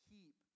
Keep